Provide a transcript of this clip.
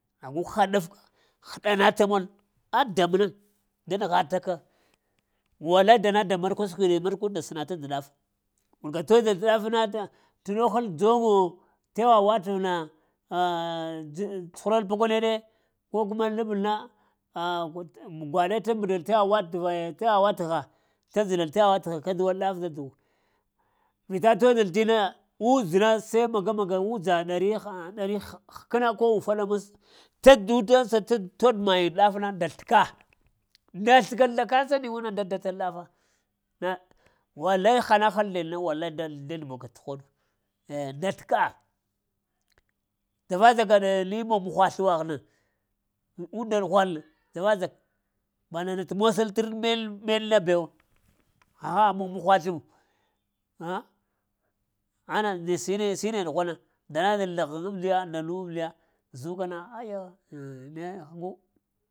Nagu hənafka həɗanata mol a daa məna da nəghataka. Walai danada markwa səkwiɗi, markwanda sənata də ɗaf wurka todaɗ tə ɗafna tə ɗohəl dzongo tewa watəv na tsuhural pakwaneɗe, ko kuma labalna gwaɗe tə mbəɗal təwa watəve təwa watgha tə njiɗal təewa watəgha kadzuwal ɗaf da daku, vita tozəl tina wujna seiya magamaga wujah ɗari hə-hə-k-həkəna ko ufaɗa mas-təduta sə tə duta, tod mayin tə ɗafna nda sləka nda sləka nda kəsani wanan da datə tə ɗafa na walai həna-həl ndeɗ na walai da zlembuka tə hoɗ, eh nda sləka dzava-dzaka naya li monghwa sləwughna unda ɗughwan na dzava-dvaka ba nana tə mosal tərɗ məɗ-meɗna bewo ha moh-muha sləwu ah and shine-shine ɗughwana nda nana ghəyə mədiya da lun-mədiya zukara aya naye həbu.